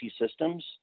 systems